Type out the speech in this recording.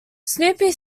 snoopy